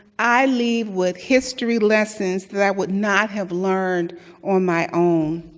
i leave with history lessons that i would not have learned on my own.